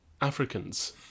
Africans